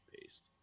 paste